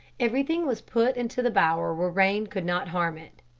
everything was put into the bower where rain could not harm it.